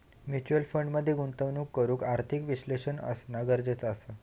mutual fund मध्ये गुंतवणूक करूक आर्थिक विश्लेषक असना गरजेचा असा